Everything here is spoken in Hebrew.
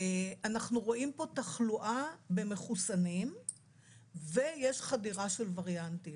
אנחנו רואים פה תחלואה במחוסנים ויש חדירה של וריאנטים,